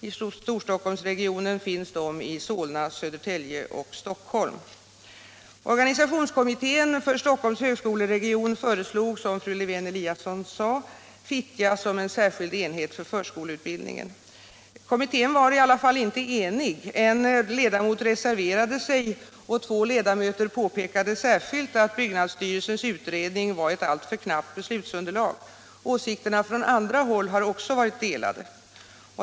I Storstockholmsregionen finns de i Solna, Södertälje och Stockholm. Organisationskommittén för Stockholms högskolekommission föreslog, som fru Lewén-Eliasson sade, Fittja som en särskild enhet för förskollärarutbildningen. Kommittén var emellertid inte enig — en ledamot reserverade sig och två ledamöter påpekade särskilt att byggnadsstyrelsens utredning utgjorde ett alltför knappt beslutsunderlag. Åsikterna från andra håll har också varit delade.